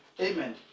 Amen